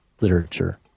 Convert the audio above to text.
literature